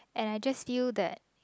and I just feel that